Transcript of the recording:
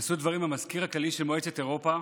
נשאו דברים המזכיר הכללי של מועצת אירופה